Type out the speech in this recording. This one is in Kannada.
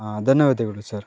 ಧನ್ಯವಾದಗಳು ಸರ್